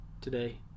today